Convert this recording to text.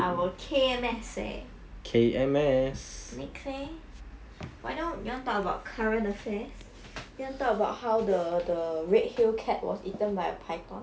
I will K_M_S eh next leh why don't you want to talk about current affairs you want talk about how the the redhill cat was eaten by a python